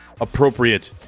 appropriate